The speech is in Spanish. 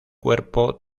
cuerpo